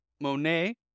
Monet